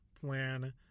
plan